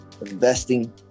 investing